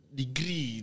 degree